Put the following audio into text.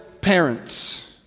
parents